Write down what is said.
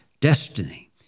destiny